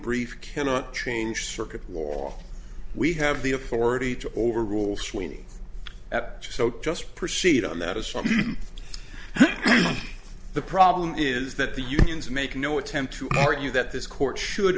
brief cannot change circuit wall we have the authority to overrule sweeney at so just proceed on that assumption the problem is that the unions make no attempt to argue that this court should